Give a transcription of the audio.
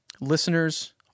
Listeners